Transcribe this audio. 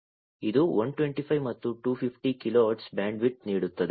ಇದು 125 ಮತ್ತು 250 kilohertz bandwidth ನೀಡುತ್ತದೆ